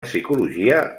psicologia